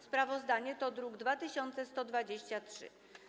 Sprawozdanie to druk nr 2123.